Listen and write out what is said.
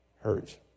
Hurts